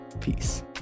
Peace